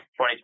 2020